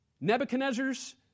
Nebuchadnezzar's